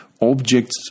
objects